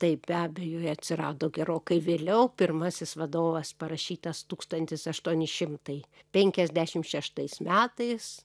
taip be abejo jie atsirado gerokai vėliau pirmasis vadovas parašytas tūkstantis aštuoni šimtai penkiasdešim šeštais metais